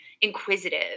inquisitive